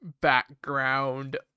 background